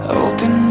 open